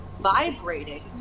vibrating